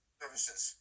services